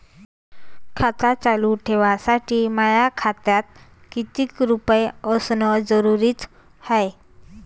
खातं चालू ठेवासाठी माया खात्यात कितीक रुपये असनं जरुरीच हाय?